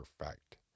perfect